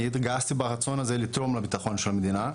אני התגייסתי ברצון הזה לתרום לביטחון של המדינה,